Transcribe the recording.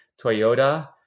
Toyota